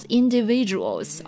individuals